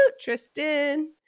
Tristan